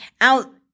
out